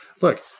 look